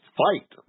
fight